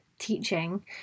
teaching